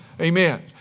Amen